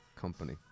company